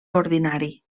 ordinari